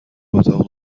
اتاق